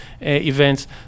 events